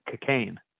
cocaine